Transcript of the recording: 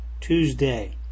tuesday